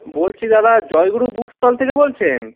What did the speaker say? বলছি দাদা Joyguru book stall থেকে বলছেন